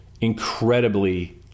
incredibly